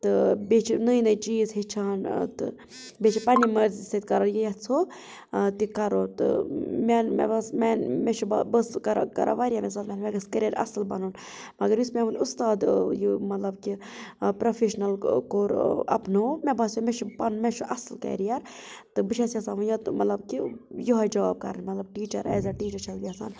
تہٕ بیٚیہِ چھِ نٔے نٔے چیٖز ہیٚچھان تہٕ بیٚیہِ چھِ پَننہِ مرضی سۭتۍ کران یہِ یژھو تہِ کرو تہٕ مےٚ مےٚ باسان مےٚ چھُ بہٕ ٲسس کران کران واریاہ مےٚ گژھہِ کیریر اصٕل بَنُن مگر یُس مےٚ وۄنۍ اُستاد یہِ مطلب کہِ پروفیٚشنل کوٚر اپنوو مےٚ باسیٚو مےٚ چھُ پَنُن مےٚ چھُ اصٕل کیریر تہٕ بہٕ چھس یَژھان وۄنۍ مطلب کہ یِہے جاب کرٕنۍ مطلب ٹیچر ایز اےٚ ٹیچر چھس بہٕ یژھان